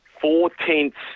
four-tenths